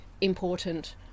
important